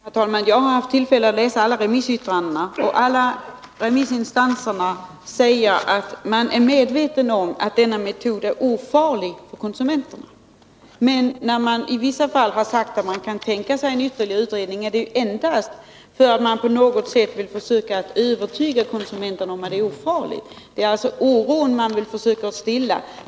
Herr talman! Jag har haft tillfälle att läsa alla remissyttranden. Alla remissinstanser säger att denna metod är ofarlig för konsumenterna. När man i vissa fall har sagt att man kan tänka sig en ytterligare utredning är det endast därför att man på något sätt vill försöka övertyga konsumenterna om att metoden är ofarlig. Det är alltså oron som man vill försöka stilla.